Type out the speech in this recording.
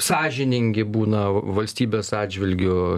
sąžiningi būna valstybės atžvilgiu